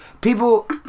people